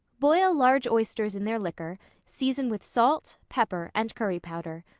boil large oysters in their liquor season with salt, pepper and curry-powder.